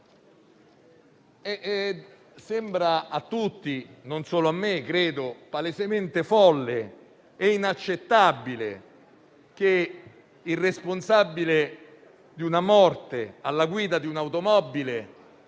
Sembra a tutti, non solo a me, credo, palesemente folle e inaccettabile che il responsabile di una morte alla guida di un'automobile